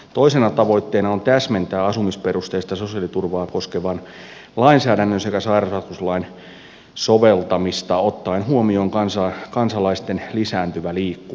toisena tavoitteena on täsmentää asumisperusteista sosiaaliturvaa koskevan lainsäädännön sekä sairausvakuutuslain soveltamista ottaen huomioon kansalaisten lisääntyvä liikkuvuus